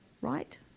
Right